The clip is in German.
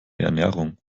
ernährung